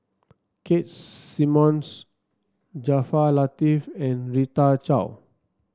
Keith Simmons Jaafar Latiff and Rita Chao